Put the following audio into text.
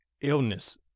illness